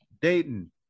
Dayton